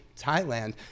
Thailand